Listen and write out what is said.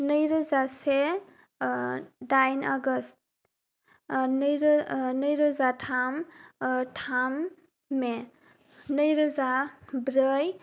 नैरोजा से दाइन आगष्ट' नैरोजा थाम थाम मे नैरोजा ब्रै